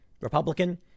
Republican